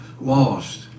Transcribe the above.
lost